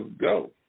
go